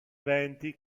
eventi